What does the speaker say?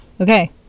okay